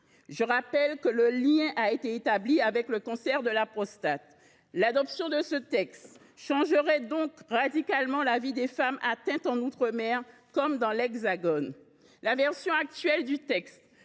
Je rappelle que ce lien a été établi pour le cancer de la prostate. L’adoption de ce texte changerait donc radicalement la vie des femmes atteintes en outre mer comme dans l’Hexagone. Sa version actuelle pose